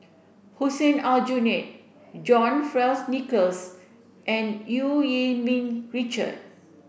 Hussein Aljunied John Fearns Nicolls and Eu Yee Ming Richard